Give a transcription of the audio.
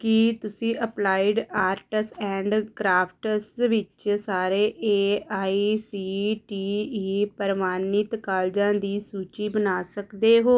ਕੀ ਤੁਸੀਂ applied arts and crafts ਵਿੱਚ ਸਾਰੇ A I C T E ਪ੍ਰਵਾਨਿਤ ਕਾਲਜਾਂ ਦੀ ਸੂਚੀ ਬਣਾ ਸਕਦੇ ਹੋ